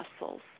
muscles